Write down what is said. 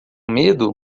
medo